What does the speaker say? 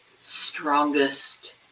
strongest